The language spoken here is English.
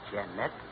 Janet